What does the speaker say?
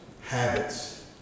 habits